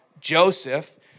Joseph